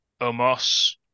Omos